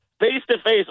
face-to-face